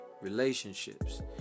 relationships